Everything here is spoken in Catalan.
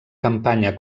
campanya